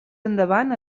endavant